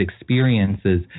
experiences